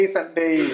Sunday